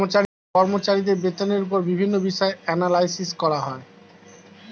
কর্মচারীদের বেতনের উপর বিভিন্ন বিষয়ে অ্যানালাইসিস করা হয়